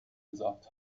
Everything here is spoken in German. gesagt